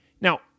now